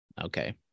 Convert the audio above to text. okay